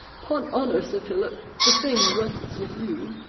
pon honour, sir philip, the thing rests with you.